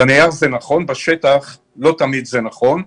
על הנייר זה נכון אבל בשטח לא תמיד זה נכון,